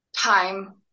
time